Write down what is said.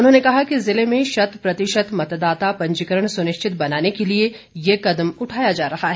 उन्होंने कहा कि ज़िले में शत प्रतिशत मतदाता पंजीकरण सुनिश्चित बनाने के लिए ये कदम उठाया जा रहा है